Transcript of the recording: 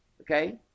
Okay